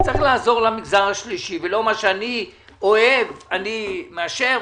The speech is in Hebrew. צריך לעזור למגזר השלישי ולא מה שאני אוהב אני מאשר,